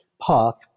park